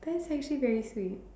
that's actually very sweet